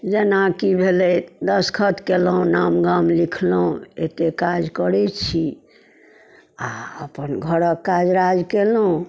जेनाकि भेले दस्खत कयलहुँ नाम गाम लिखलहुँ एते काज करै छी आओर अपन घरक काज राज कयलहुँ